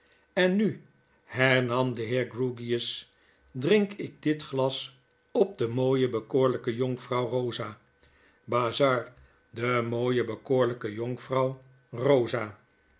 en mi hernam de heer grewgious drink ik dit glas op de mooie bekoorlijke jonkvrouw rosa bazzard de mooie bekoorlyke jonkvrouw rosa